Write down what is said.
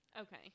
okay